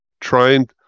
trying